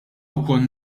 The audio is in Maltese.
wkoll